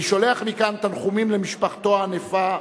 אני שולח מכאן תנחומים למשפחתו הענפה,